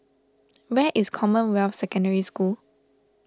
where is Commonwealth Secondary School